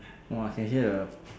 !wah! I can hear the